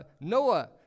Noah